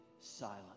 silent